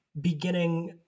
beginning